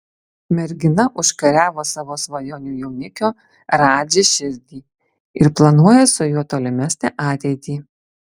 mergina užkariavo savo svajonių jaunikio radži širdį ir planuoja su juo tolimesnę ateitį